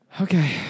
Okay